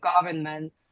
government